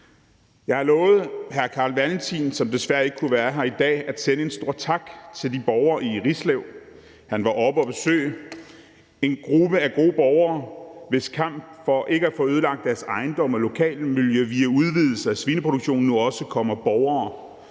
Jeg har lovet hr. Carl Valentin, som desværre ikke kunne være her i dag, at sende en stor tak til de borgere i Rislev, han var oppe at besøge. Det var en gruppe af gode borgere, hvis kamp for ikke at få ødelagt deres ejendomme og lokalmiljø via udvidelse af svineproduktion, nu også kommer borgere